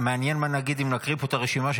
מעניין מה נגיד אם נקריא פה את הרשימה של